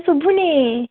ଶୁଭୁନି